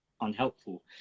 unhelpful